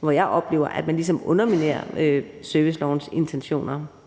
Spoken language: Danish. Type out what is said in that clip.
hvor jeg oplever, at man ligesom underminerer servicelovens intentioner.